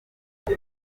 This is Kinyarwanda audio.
ubu